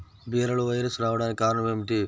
బీరలో వైరస్ రావడానికి కారణం ఏమిటి?